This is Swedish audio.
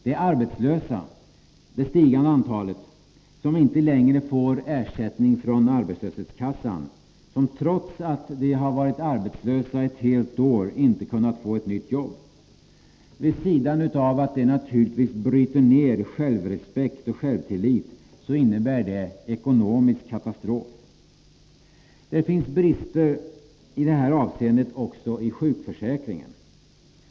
Det är de arbetslösa — det stigande antalet — som inte längre får ersättning från arbetslöshetskassan, som trots att de har varit arbetslösa ett helt år inte har kunnat få ett nytt jobb. Vid sidan av att det bryter ned självrespekt och självtillit innebär det naturligtvis ekonomisk katastrof. Det finns brister i detta avseende också i sjukförsäkringen.